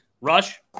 Rush